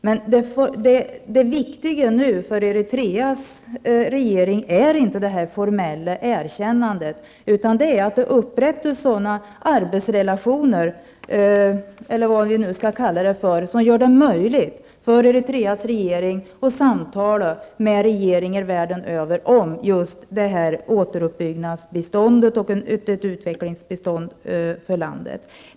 Det viktiga för Eritreas regering nu är inte det formella erkännandet, utan att det upprättas sådana arbetsrelationer, eller vad vi nu skall kalla det för, som gör det möjligt för Eritreas regering att samtala med regeringar världen över om återuppbyggnadsbistånd och ett utvecklingsbistånd för landet.